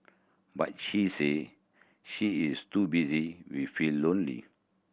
but she say she is too busy feel lonely